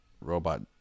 robot